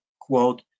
quote